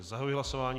Zahajuji hlasování.